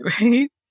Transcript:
right